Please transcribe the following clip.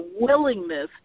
willingness